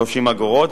30 אגורות,